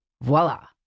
Voila